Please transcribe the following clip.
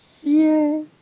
Yay